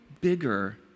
bigger